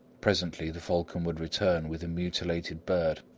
presently the falcon would return with a mutilated bird,